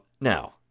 Now